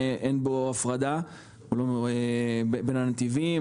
שאין בו הפרדה בין הנתיבים,